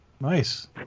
Nice